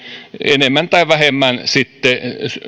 enemmän tai vähemmän